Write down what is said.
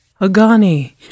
Agani